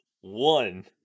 one